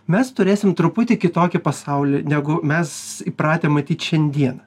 mes turėsim truputį kitokį pasaulį negu mes įpratę matyt šiandieną